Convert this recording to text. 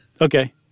Okay